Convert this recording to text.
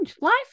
Life